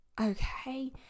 Okay